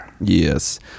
yes